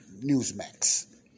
Newsmax